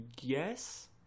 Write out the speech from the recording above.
yes